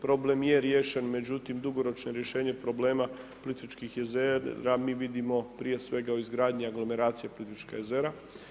Problem je riješen međutim dugoročno rješenje problema Plitvičkih jezera mi vidimo prije svega u izgradnji aglomeracije Plitvička jezera.